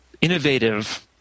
innovative